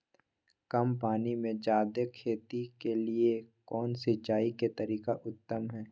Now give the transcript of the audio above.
कम पानी में जयादे खेती के लिए कौन सिंचाई के तरीका उत्तम है?